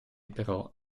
però